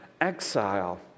exile